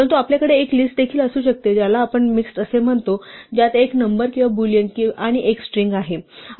परंतु आपल्याकडे एक लिस्ट देखील असू शकते ज्याला आपण मिक्सड असे म्हणतो ज्यात एक नंबर किंवा बूलियन आणि एक स्ट्रिंग आहे